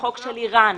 בחוק של איראן.